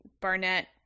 barnett